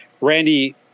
Randy